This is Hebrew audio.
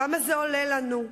כמה זה עולה לנו?